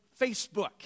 Facebook